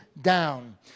down